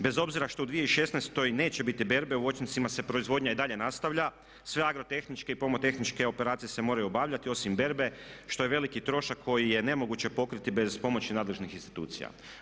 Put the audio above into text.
Bez obzira što u 2016.neće biti berbe u voćnjacima se proizvodnja i dalje nastavlja, sve agrotehničke i pomotehničke operacije se moraju obavljati osim berbe što je veliki trošak koji je nemoguće pokriti bez pomoći nadležnih institucija.